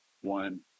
one